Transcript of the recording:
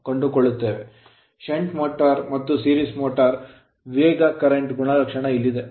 shunt motor shunt motor ಮತ್ತು series motor ಸರಣಿ motor ಗೆ ವೇಗ current ಕರೆಂಟ್ ಗುಣಲಕ್ಷಣ ಇಲ್ಲಿದೆ